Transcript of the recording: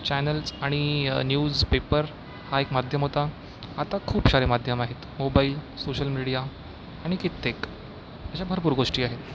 channels आणि newspaper हा एक माध्यम होता आता खूप सारे माध्यम आहेत मोबाईल सोशल मीडिया आणि कित्येक अशा भरपूर गोष्टी आहेत